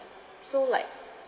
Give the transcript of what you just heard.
so like